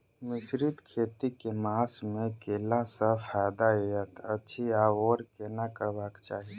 मिश्रित खेती केँ मास मे कैला सँ फायदा हएत अछि आओर केना करबाक चाहि?